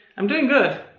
i'm doing good.